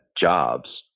jobs